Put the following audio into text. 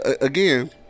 again